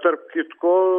tarp kitko